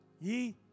Ye